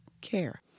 care